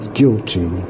guilty